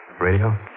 Radio